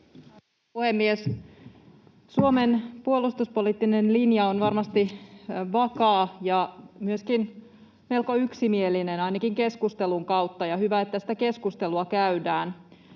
puhemies! Suomen puolustuspoliittinen linja on varmasti vakaa ja myöskin melko yksimielinen, ainakin keskustelun kautta, ja hyvä, että sitä keskustelua käydään.